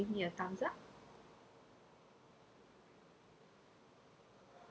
give me a thumbs up